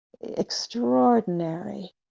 extraordinary